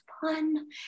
fun